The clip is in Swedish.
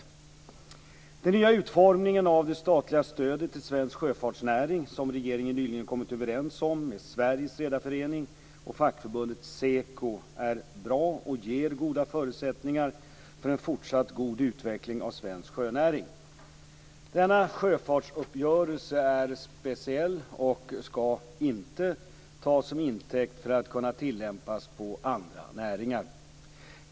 Den nya utformning av det statliga stödet till svensk sjöfartsnäring som regeringen nyligen kommit överens om med Sveriges Redareförening och fackförbundet SEKO är bra och ger goda förutsättningar för en fortsatt god utveckling av svensk sjöfartsnäring. Denna sjöfartsuppgörelse är speciell och skall inte tas som intäkt för att kunna tillämpas på andra näringar.